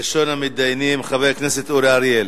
ראשון המתדיינים, חבר הכנסת אורי אריאל.